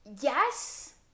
Yes